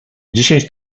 dziesięć